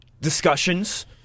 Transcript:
discussions